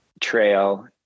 trail